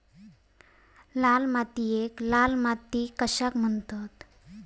लाल मातीयेक लाल माती कशाक म्हणतत?